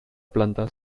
planta